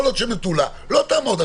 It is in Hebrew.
יכול להיות שמטולה לא תעמוד בזה,